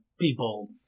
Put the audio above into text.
people